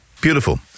Beautiful